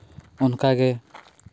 ᱚᱱᱠᱟ ᱜᱮ